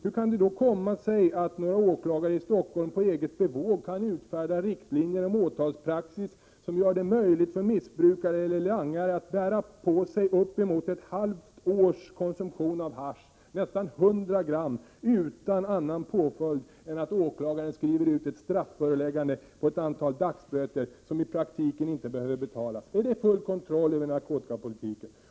Hur kan det då komma sig att några åklagare i Stockholm på eget bevåg kan utfärda riktlinjer om åtalspraxis som gör det möjligt för missbrukare eller langare att bära på sig uppemot ett halvt års konsumtion av hasch — nästan 100 gram — utan annan påföljd än att åklagaren skriver ut ett strafföreläggande på ett antal dagsböter, som i praktiken inte behöver betalas? Är det full kontroll över narkotikapolitiken?